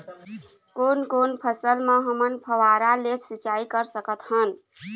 कोन कोन फसल म हमन फव्वारा ले सिचाई कर सकत हन?